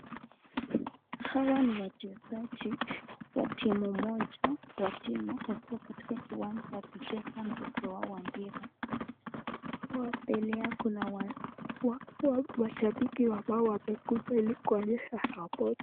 Hawa ni wachezaji wa timu moja, wakiwa katika kiwanja wakicheza mchezo wao wa mpira, hapa mbele yao kuna mashabiki ambao wamekuja ili kuonyesha sapoti